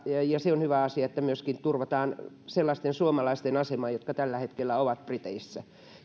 ja se on hyvä asia että myöskin turvataan sellaisten suomalaisten asema jotka tällä hetkellä ovat briteissä